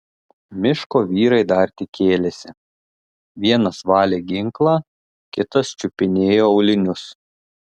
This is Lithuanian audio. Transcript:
miško vyrai dar tik kėlėsi vienas valė ginklą kitas čiupinėjo aulinius